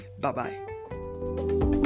Bye-bye